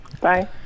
Bye